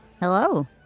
Hello